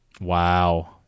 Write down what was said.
wow